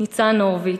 ניצן הורוביץ,